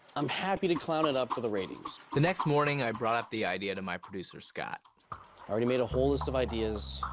i'm happy to clown it up for the ratings. the next morning, i brought up the idea to my producer scott. i already made a whole list of ideas.